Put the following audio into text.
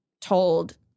told